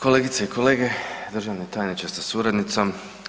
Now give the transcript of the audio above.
Kolegice i kolege, državni tajniče sa suradnicom.